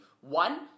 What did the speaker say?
One